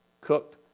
cooked